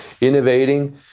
innovating